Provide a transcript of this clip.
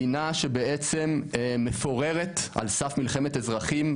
מדינה שבעצם מפוררת על סף מלחמת אזרחים,